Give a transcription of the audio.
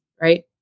right